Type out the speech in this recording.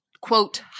quote